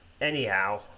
Anyhow